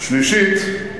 שלישית,